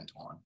on